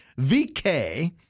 VK